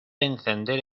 encender